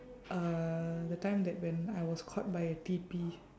uh the time that when I was caught by a T_P